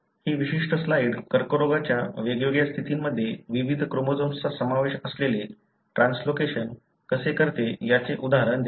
ही विशिष्ट स्लाइड कर्करोगाच्या वेगवेगळ्या स्थितींमध्ये विविध क्रोमोझोम्सचा समावेश असलेले ट्रान्सलोकेशन कसे करते याचे उदाहरण देते